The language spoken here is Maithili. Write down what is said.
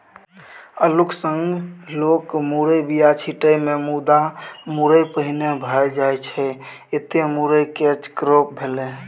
अल्लुक संग लोक मुरयक बीया छीटै छै मुदा मुरय पहिने भए जाइ छै एतय मुरय कैच क्रॉप भेलै